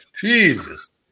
jesus